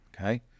Okay